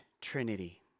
Trinity